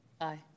Aye